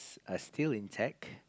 are still intact